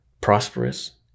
prosperous